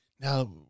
Now